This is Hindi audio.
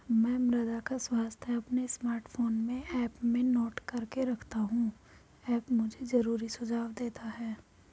मैं मृदा का स्वास्थ्य अपने स्मार्टफोन में ऐप में नोट करके रखता हूं ऐप मुझे जरूरी सुझाव देता है